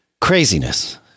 Craziness